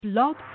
Blog